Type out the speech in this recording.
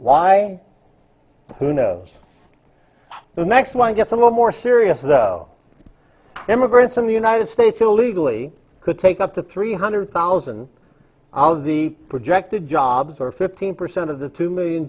why who knows the next one gets a little more serious though immigrants in the united states illegally could take up to three hundred thousand out of the projected jobs or fifteen percent of the two million